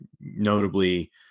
notably